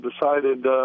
decided